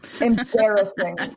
embarrassing